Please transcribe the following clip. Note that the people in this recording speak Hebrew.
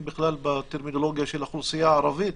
בכלל בטרמינולוגיה של האוכלוסייה הערבית.